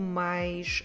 mais